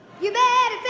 you better